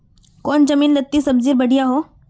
कौन जमीन लत्ती सब्जी बढ़िया हों?